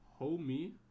Homie